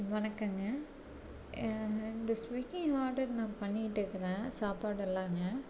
வணக்கமுங்க இந்த Swiggy order நான் பண்ணிட்டிருக்கிறேன் சாப்பாடெல்லாங்க